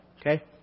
okay